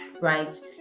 right